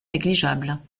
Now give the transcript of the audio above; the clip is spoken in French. négligeable